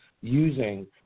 using